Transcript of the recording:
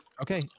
Okay